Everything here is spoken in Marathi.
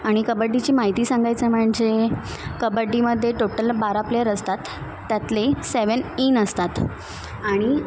आणि कबड्डीची माहिती सांगायचं म्हणजे कबड्डीमध्ये टोटल बारा प्लेयर असतात त्यातले सेवन ईन असतात आणि